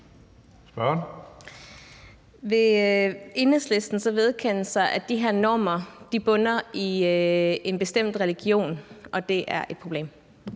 Vil Enhedslisten så vedkende sig, at de her normer bunder i en bestemt religion, og at det er et problem?